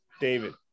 David